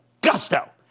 gusto